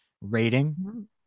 rating